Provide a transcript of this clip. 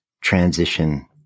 transition